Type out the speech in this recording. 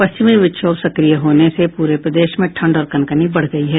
पश्चिमी विक्षोभ सक्रिय होने से पूरे प्रदेश में ठंड और कनकनी बढ़ गई है